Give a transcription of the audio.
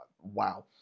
wow